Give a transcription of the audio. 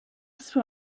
für